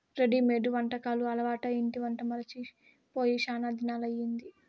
readymade వంటకాలు అలవాటై ఇంటి వంట మరచి పోయి శానా దినాలయ్యింది